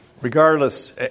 regardless